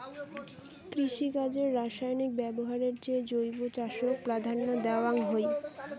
কৃষিকাজে রাসায়নিক ব্যবহারের চেয়ে জৈব চাষক প্রাধান্য দেওয়াং হই